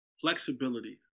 Flexibility